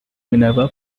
minerva